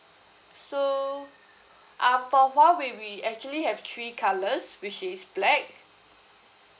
so ah for huawei we actually have three colours which is black